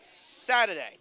Saturday